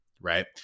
right